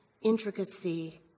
intricacy